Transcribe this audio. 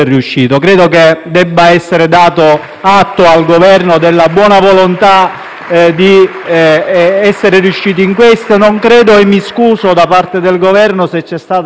Grazie